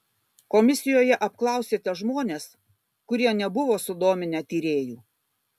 komisijoje apklausėte žmones kurie nebuvo sudominę tyrėjų